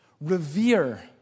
revere